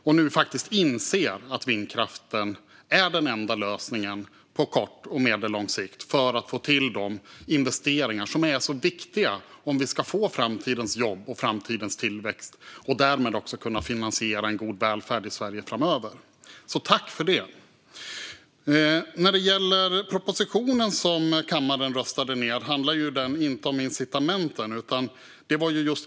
I stället inser ni nu att vindkraften är den enda lösningen på kort och medellång sikt för att få till de investeringar som är så viktiga om vi ska få framtidens jobb och framtidens tillväxt och därmed också kunna finansiera en god välfärd i Sverige framöver. Så tack för det! Propositionen som kammaren röstade ned handlade inte om incitamenten.